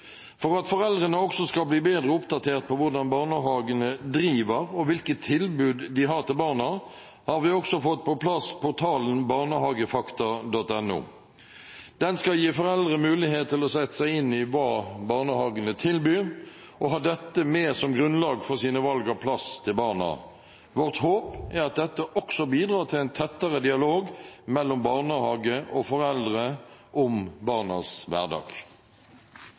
For at foreldrene også skal bli bedre oppdatert om hvordan barnehagene driver, og hvilket tilbud de har til barna, har vi også fått på plass portalen Barnehagefakta.no. Den skal gi foreldre mulighet til å sette seg inn i hva barnehagene tilbyr, og ha dette med som grunnlag for sine valg av plass til barna. Vårt håp er at dette også bidrar til en tettere dialog mellom barnehage og foreldre om barnas hverdag.